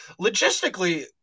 logistically